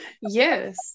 Yes